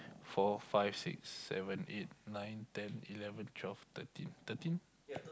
four five six seven eight nine ten eleven twelve thirteen thirteen